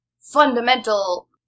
fundamental